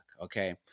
Okay